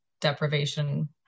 deprivation